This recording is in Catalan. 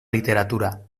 literatura